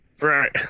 right